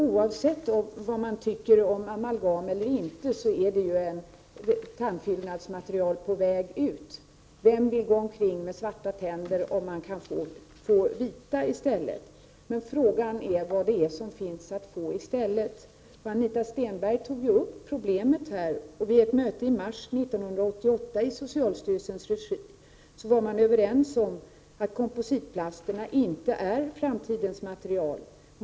Oavsett vad man tycker om amalgam är det ett tandfyllnadsmaterial som är på väg ut. Vem vill gå omkring med svarta tänder om man kan få vita i stället? Frågan är vad det är som finns att få i stället. Anita Stenberg tog upp det problemet. Vid ett möte i socialstyrelsens regi i mars 1988 var man överens om att kompositplasterna inte är framtidens material.